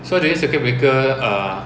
so during circuit breaker err